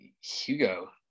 Hugo